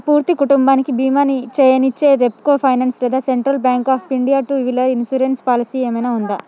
నా పూర్తి కుటుంబానికి బీమాని చేయనిచ్చే రెప్కో ఫైనాన్స్ లేదా central bank of India two wheeler insurance policy ఏమైనా ఉందా